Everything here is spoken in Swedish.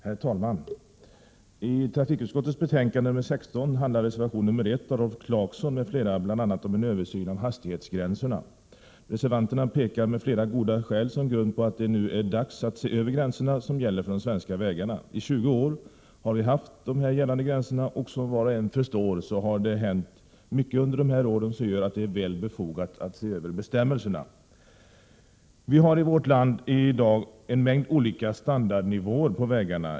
Herr talman! I trafikutskottets betänkande 16 handlar reservation 1 av Rolf Clarkson m.fl. bland annat om en översyn av hastighetsgränserna. Reservanterna pekar med flera goda skäl som grund på att det nu är dags att se över de hastighetsgränser som gäller för de svenska vägarna. I 20 år har vi haft de nu gällande gränserna, och som var och en förstår har det under de här åren hänt så mycket att det är väl befogat att se över bestämmelserna. Vi har i vårt land i dag en mängd olika standardnivåer på vägarna.